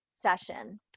session